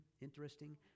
interesting